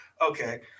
Okay